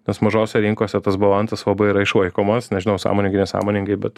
nes mažose rinkose tas balansas labai yra išlaikomas nežinau sąmoningai nesąmoningai bet